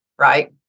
right